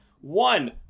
one